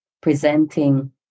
presenting